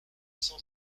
cent